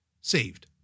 saved